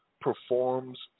performs